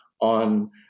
on